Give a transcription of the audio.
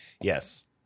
yes